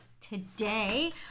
today